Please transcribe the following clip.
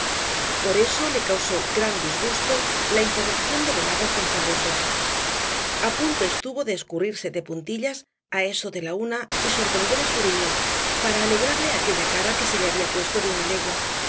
por eso le causó gran disgusto la interrupción de veladas tan sabrosas a punto estuvo de escurrirse de puntillas á eso de la una y sorprender á suriña para alegrarle aquella cara que se le había puesto de una legua